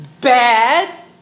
Bad